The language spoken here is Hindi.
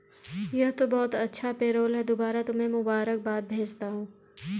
यह तो बहुत अच्छा पेरोल है दोबारा तुम्हें मुबारकबाद भेजता हूं